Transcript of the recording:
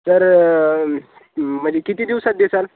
तर म्हणजे किती दिवसात द्याल